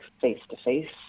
face-to-face